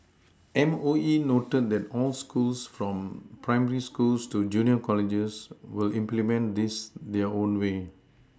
M O E noted that all schools from primary schools to junior colleges will implement this their own way